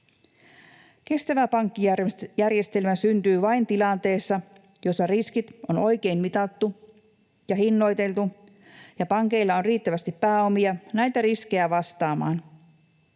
Kestävä pankkijärjestelmä syntyy vain tilanteessa, jossa riskit on oikein mitattu ja hinnoiteltu ja pankeilla on riittävästi pääomia näitä riskejä vastaamaan.